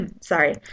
Sorry